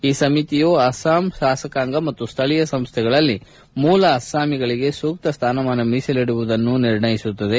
ಈ ಸಮಿತಿಯು ಅಸ್ಪಾಂ ಶಾಸಕಾಂಗ ಮತ್ತು ಸ್ಥಳೀಯ ಸಂಸ್ಥೆಗಳಲ್ಲಿ ಮೂಲ ಅಸ್ಪಾಮಿಗಳಿಗೆ ಸೂಕ್ತ ಸ್ಥಾನ ಮಾನ ಮೀಸಲಿಡುವುದನ್ನು ನಿರ್ಣಯಿಸುತ್ತದೆ